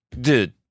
dude